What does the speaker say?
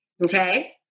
okay